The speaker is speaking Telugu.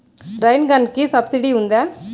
రైన్ గన్కి సబ్సిడీ ఉందా?